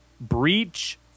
Breach